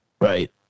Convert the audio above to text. right